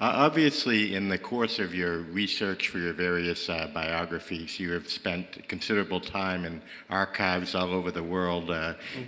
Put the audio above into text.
obviously in the course of your research for your various ah biographies you have spent considerable time in archives all over the world